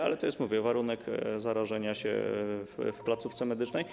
Ale to jest, jak mówię, warunek: zarażenie się w placówce medycznej.